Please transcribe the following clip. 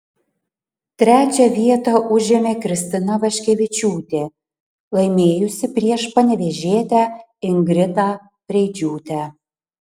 trečią vietą užėmė kristina vaškevičiūtė laimėjusi prieš panevėžietę ingridą preidžiūtę